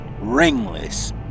ringless